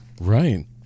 Right